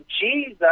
Jesus